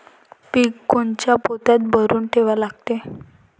पीक कोनच्या पोत्यात भरून ठेवा लागते?